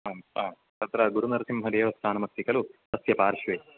आम् आम् तत्र गुरुनरसिम्हदेवस्थनमस्ति खलु तस्य पार्श्वे